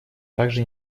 также